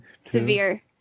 Severe